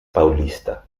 paulista